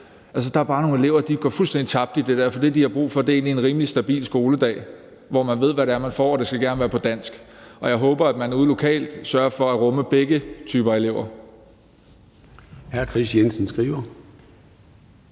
Altså, der er bare nogle elever, der bliver fuldstændig tabt i det der, for det, de har brug for, er egentlig en rimelig stabil skoledag, hvor man ved, hvad det er, man får, og det skal gerne være på dansk. Jeg håber, at man ude lokalt sørger for at rumme begge type elever.